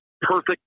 perfect